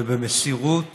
ובמסירות